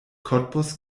cottbus